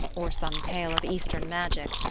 or some tale of eastern magic,